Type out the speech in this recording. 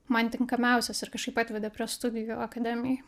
man tinkamiausias ir kažkaip atvedė prie studijų akademijoj